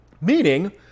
Meaning